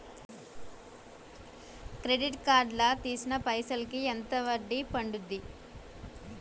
Credit card లా తీసిన పైసల్ కి ఎంత వడ్డీ పండుద్ధి?